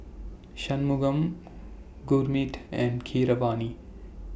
Shunmugam Gurmeet and Keeravani